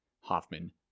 hoffman